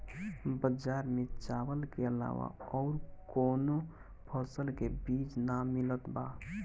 बजार में चावल के अलावा अउर कौनो फसल के बीज ना मिलत बा